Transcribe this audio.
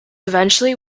eventually